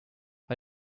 but